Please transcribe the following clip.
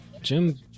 Jim